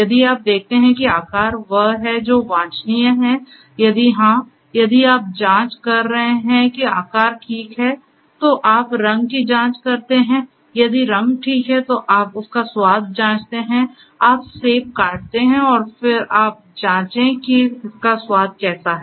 यदि आप देखते हैं कि आकार वह है जो वांछनीय है यदि हाँ यदि आप जाँच कर रहे हैं कि आकार ठीक है तो आप रंग की जाँच करते हैं यदि रंग ठीक है तो आप उसका स्वाद जाँचते हैं आप सेब काटते हैं और फिर आप जाँचें कि इसका स्वाद कैसा है